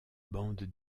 bandes